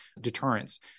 deterrence